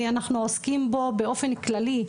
אנחנו עוסקים בו באופן כללי.